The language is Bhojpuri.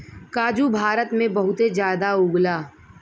काजू भारत में बहुते जादा उगला